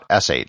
.sh